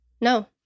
No